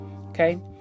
Okay